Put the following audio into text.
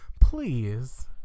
Please